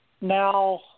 Now